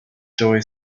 joey